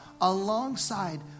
Alongside